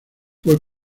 fue